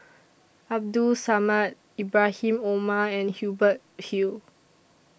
Abdul Samad Ibrahim Omar and Hubert Hill